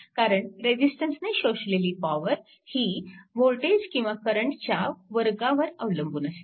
कारण रेजिस्टन्सने शोषलेली पॉवर ही वोल्टेज किंवा करंटच्या वर्गावर अवलंबून असते